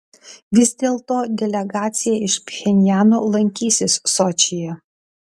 vis dėl to delegacija iš pchenjano lankysis sočyje